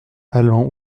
allant